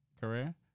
career